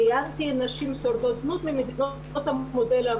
ראיינתי נשים שורדות זנות ונפגעות --- יש